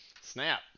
Snap